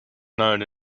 known